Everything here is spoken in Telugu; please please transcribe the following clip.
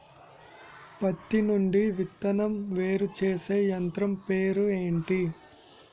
పత్తి నుండి విత్తనం వేరుచేసే యంత్రం పేరు ఏంటి